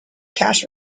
cash